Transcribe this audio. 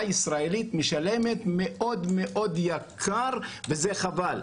הישראלית משלמת מחיר מאוד מאוד יקר וחבל.